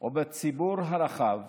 או בציבור הרחב